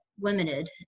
limited